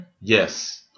Yes